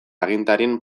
agintarien